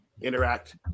interact